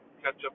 ketchup